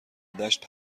دشت